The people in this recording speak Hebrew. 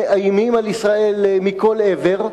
שמאיימים על ישראל מכל עבר,